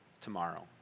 tomorrow